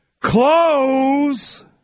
Close